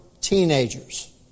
teenagers